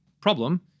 problem